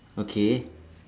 okay